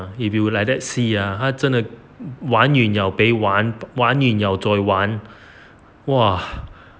if you like that see ah 他真的 !wah!